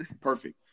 perfect